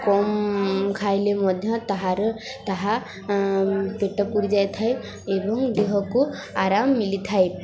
କମ୍ ଖାଇଲେ ମଧ୍ୟ ତାହାର ତାହା ପେଟ ପୁରି ଯାଇଥାଏ ଏବଂ ଦେହକୁ ଆରାମ ମିଳିଥାଏ